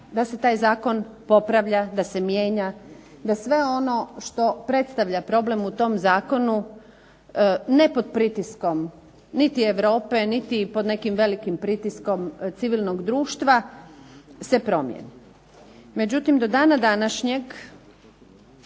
da se taj zakon popravlja, da se mijenja, da sve ono što predstavlja problem u tom Zakonu ne pod pritiskom niti Europe, niti pod nekim velikim pritiskom civilnog društva se promijeni. Međutim, do dana današnjeg